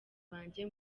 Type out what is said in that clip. banjye